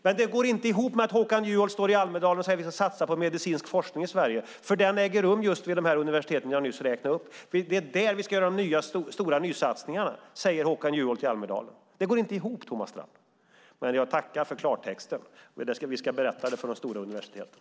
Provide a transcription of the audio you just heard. Men det går inte ihop med vad Håkan Juholt i Almedalen sagt om att satsa på medicinsk forskning i Sverige eftersom den äger rum just vid de universitet jag nyss räknat upp. Det är där vi ska göra stora nysatsningar, sade Håkan Juholt i Almedalen. Det här går inte ihop, Thomas Strand! Jag tackar i alla fall för klarspråket. Vi ska berätta detta för de stora universiteten.